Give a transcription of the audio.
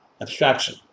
abstraction